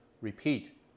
repeat